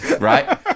right